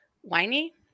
whiny